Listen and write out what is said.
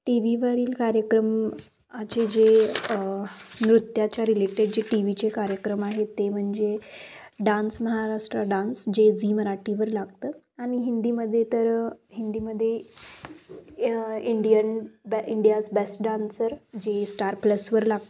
टीव्हीवरील कार्यक्रम आजचे जे नृत्याच्या रिलेटेड जे टीव्हीचे कार्यक्रम आहेत ते म्हणजे डान्स महाराष्ट्र डान्स जे झी मराठीवर लागतं आणि हिंदीमध्ये तर हिंदीमध्ये इंडियन ब इंडियाज बेस्ट डान्सर जे स्टार प्लसवर लागतं